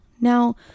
Now